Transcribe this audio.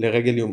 לרגל יום